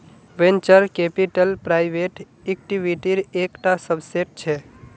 venture capital private इक्विटीर एक टा सबसेट छे